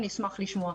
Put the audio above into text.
ונשמח לשמוע,